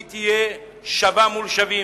היא תהיה שווה מול שווים.